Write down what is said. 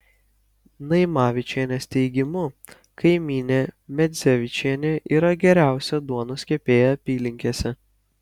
naimavičienės teigimu kaimynė medzevičienė yra geriausia duonos kepėja apylinkėse